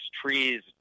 trees